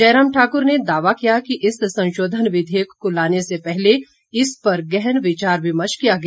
जयराम ठाकुर ने दावा किया कि इस संशोधन विधेयक को लाने से पहले इस पर गहन विचार विमर्श किया गया